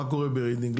מה קורה ברידינג?